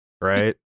right